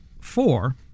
four